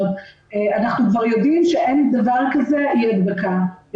אנחנו כבר יודעים שאין דבר כזה של אי הדבקה כי